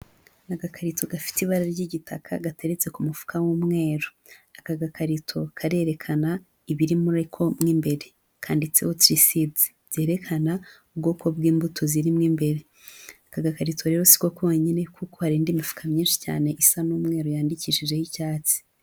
Ni agakarito gafite ibara ry'igitaka gateretse ku mufuka w'umweru. Aka gakarito karerekana ibiri muri ko mwo imbere. Kanditseho tirisidizi, byerekana ubwoko bw'imbuto zirimo imbere. Aka gakarito rero si ko konyine kuko hari indi mifuka myinshi cyane isa n'umweru yanyandikishijeho icyatsi.